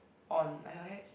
on her head